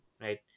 right